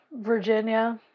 Virginia